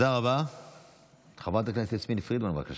הבקשה היחידה בזמן הזה